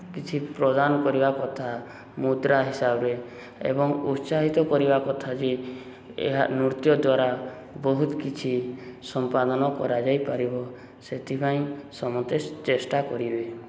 କିଛି ପ୍ରଦାନ କରିବା କଥା ମୁଦ୍ରା ହିସାବରେ ଏବଂ ଉତ୍ସାହିତ କରିବା କଥା ଯେ ଏହା ନୃତ୍ୟ ଦ୍ୱାରା ବହୁତ କିଛି ସମ୍ପାଦନ କରାଯାଇପାରିବ ସେଥିପାଇଁ ସମସ୍ତେ ଚେଷ୍ଟା କରିବେ